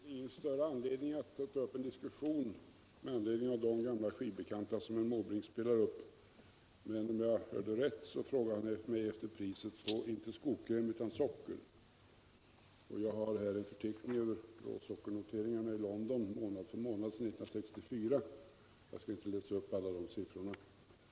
Herr talman! Det är väl ingen större anledning att ta upp en diskussion med anledning av de gamla skivbekanta som herr Måbrink spelade upp. Men om jag hörde rätt frågade han mig efter priset på, inte skokräm, utan socker. Jag har-här en förteckning över sockernoteringarna i London månad för månad sedan 1964. Jag skall inte läsa upp alla de siffrorna.